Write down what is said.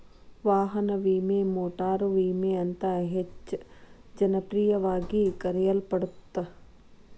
ವಾಹನ ವಿಮೆ ಮೋಟಾರು ವಿಮೆ ಅಂತ ಹೆಚ್ಚ ಜನಪ್ರಿಯವಾಗಿ ಕರೆಯಲ್ಪಡತ್ತ